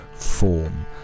Form